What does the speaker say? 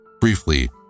Briefly